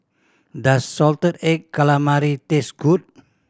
does salted egg calamari taste good